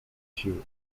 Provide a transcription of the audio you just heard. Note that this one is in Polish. sił